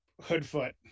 Hoodfoot